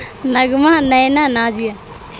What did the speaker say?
Nagma Nina Nazia